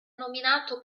nominato